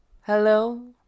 Hello